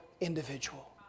individual